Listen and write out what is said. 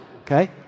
Okay